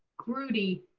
gruddy.